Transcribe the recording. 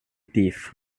thief